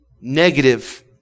Negative